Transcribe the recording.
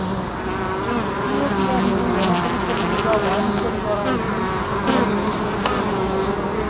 Ethiopia నుండి, ఎర్ర సముద్రం మీదుగా వాణిజ్యం ద్వారా ఎమెన్కి కాఫీ పరిచయం చేయబడి ఉండవచ్చు